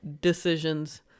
decisions